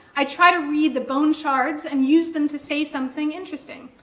i try to read the bone shards and use them to say something interesting,